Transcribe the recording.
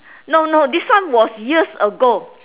no no this one was years ago